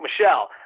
Michelle